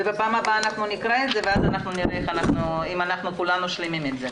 ובפעם הבאה נקרא את זה ואז נראה אם כולנו שלמים עם זה.